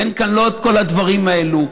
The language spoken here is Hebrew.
אין כאן את כל הדברים האלה.